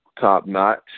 top-notch